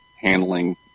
handling